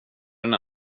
den